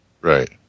Right